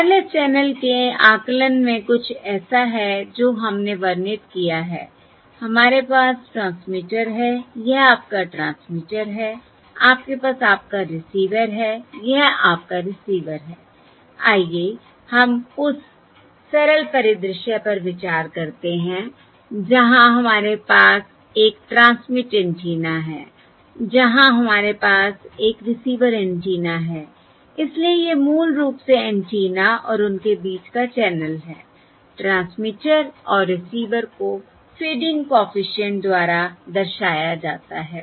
wireless channel के आकलन में कुछ ऐसा है जो हमने वर्णित किया है हमारे पास ट्रांसमीटर है यह आपका ट्रांसमीटर है आपके पास आपका रिसीवर है यह आपका रिसीवर है आइए हम उस सरल परिदृश्य पर विचार करते हैं जहां हमारे पास एक ट्रांसमिट एंटीना है जहां हमारे पास एक रिसीवर एंटीना है इसलिए ये मूल रूप से एंटीना और उनके बीच का चैनल है ट्रांसमीटर और रिसीवर को फेडिंग कॉफिशिएंट द्वारा दर्शाया जाता है